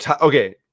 okay